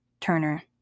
Turner